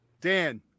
Dan